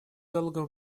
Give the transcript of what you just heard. залогом